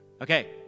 Okay